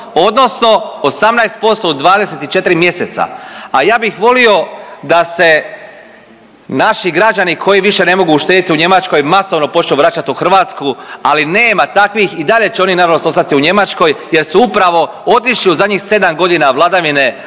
odnosno 18% u 24 mjeseca, a ja bih volio da se naši građani koji više ne mogu uštediti u Njemačkoj masovno počnu vraćati u Hrvatsku, ali nema takvih. I dalje će oni naravno ostati u Njemačkoj, jer su upravo otišli u zadnjih sedam godina vladavine